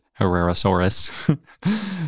Herrerasaurus